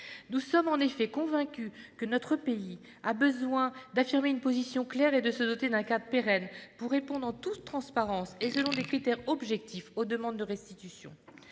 Nous sommes en effet convaincus que notre pays a besoin d'affirmer une position claire et de se doter d'un cadre pérenne pour répondre, en toute transparence et selon des critères objectifs, aux demandes de restitution.